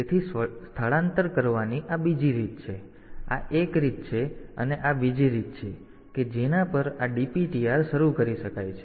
તેથી સ્થળાંતર કરવાની આ બીજી રીત છે આ એક રીત છે અને આ બીજી રીત છે કે જેના પર આ DPTR શરૂ કરી શકાય છે